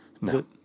No